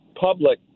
public